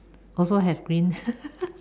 also have green